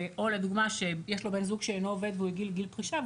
או לדוגמה יש לו בן זוג שאינו עובד והוא הגיע לגיל פרישה,